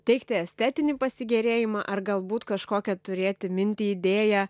teikti estetinį pasigėrėjimą ar galbūt kažkokią turėti mintį idėją